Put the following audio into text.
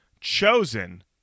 Chosen